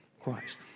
Christ